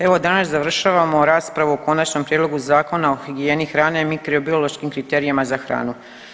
Evo, danas završavamo raspravu o Konačnom prijedlogu Zakona o higijeni hrane i mikrobiološkim kriterijima za hranu.